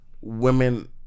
women